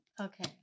okay